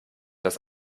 das